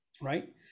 right